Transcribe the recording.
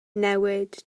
newid